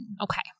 Okay